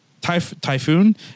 typhoon